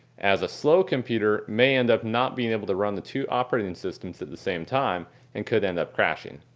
as a slow computer may end up not being able to run the two operating and systems at the same time and could end up crashing.